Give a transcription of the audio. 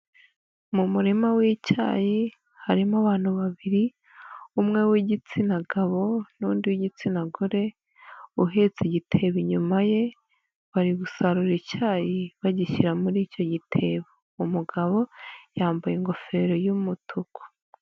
Mu murima w'icyayi harimo abantu babiri umwe w'igitsina gabo n'undi w'igitsina gore uhetse igitebo inyuma ye bari gusarura icyayi bagishyira muri icyo gitebo, umugabo yambaye ingofero y'umutuku.